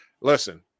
Listen